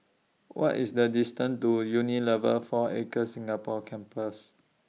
What IS The distance to Unilever four Acres Singapore Campus